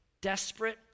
desperate